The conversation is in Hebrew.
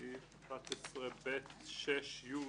בסעיף 11(ב)(6)(י)